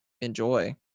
enjoy